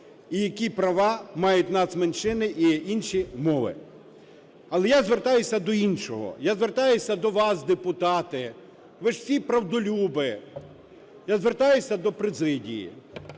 і які права мають нацменшини і інші мови. Але я звертаюся до іншого. Я звертаюся до вас, депутати, ви ж всі правдолюби. Я звертаюся до президії.